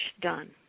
done